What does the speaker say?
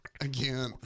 Again